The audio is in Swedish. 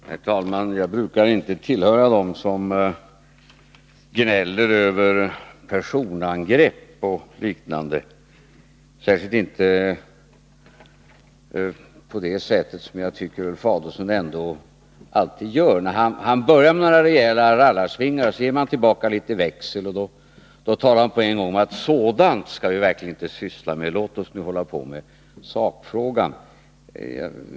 Herr talman! Jag brukar inte tillhöra dem som gnäller över personangrepp och liknande, särskilt inte när angreppen görs på det sätt som jag tycker Ulf Adelsohn alltid gör. Han börjar med några rejäla rallarsvingar. Sedan ger man tillbaka litet växel, men då säger han på en gång: Sådant skall vi verkligen inte syssla med, låt oss nu hålla oss till sakfrågan.